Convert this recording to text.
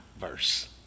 verse